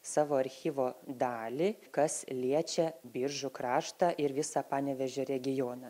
savo archyvo dalį kas liečia biržų kraštą ir visą panevėžio regioną